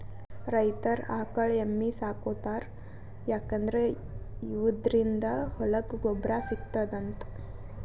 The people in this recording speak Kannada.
ರೈತರ್ ಆಕಳ್ ಎಮ್ಮಿ ಸಾಕೋತಾರ್ ಯಾಕಂದ್ರ ಇವದ್ರಿನ್ದ ಹೊಲಕ್ಕ್ ಗೊಬ್ಬರ್ ಸಿಗ್ತದಂತ್